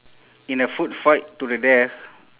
in a food fight to the death